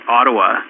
Ottawa